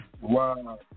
Wow